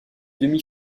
demi